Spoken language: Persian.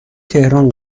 تهران